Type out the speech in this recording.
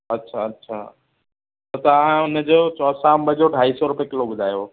अछा अछा त तव्हां उन जो चौसा अंब जो ढाई सौ रुपए ॿुधायो